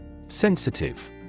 Sensitive